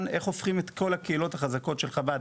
איך הופכים את כל הקהילות החזקות של חב"ד,